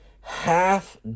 half